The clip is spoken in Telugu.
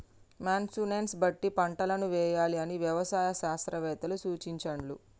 మాన్సూన్ బట్టి పంటలను వేయాలి అని వ్యవసాయ శాస్త్రవేత్తలు సూచించాండ్లు